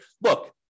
look